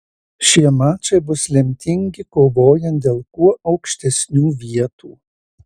šie mačai bus lemtingi kovojant dėl kuo aukštesnių vietų